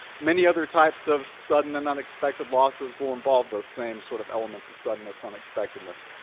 many other types of sudden and unexpected losses will involve those same sort of elements of suddenness, unexpectedness,